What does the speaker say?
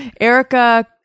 Erica